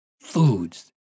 foods